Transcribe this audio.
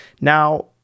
Now